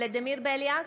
ולדימיר בליאק,